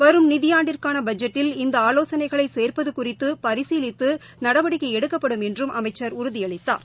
வரும் நிதியாண்டிற்கானபட்ஜெட்டில் இந்தஆலோசனைகளைசோ்பதுகுறித்துபரிசீலித்துநடவடிக்கைஎடுக்கப்படும் என்றும் அமைச்சர் உறுதியளித்தார்